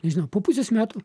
nežinau po pusės metų